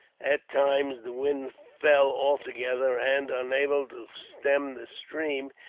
at times the wind fell altogether and, unable to stem the stream,